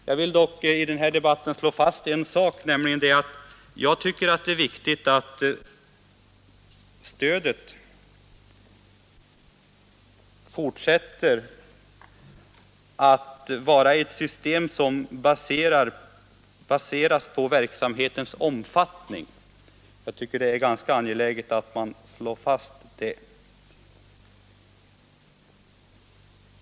Jag vill dock i den här debatten slå fast en sak, nämligen att det är viktigt att stödet även fortsättningsvis baseras på verksamhetens omfattning. Det är angeläget att slå fast detta.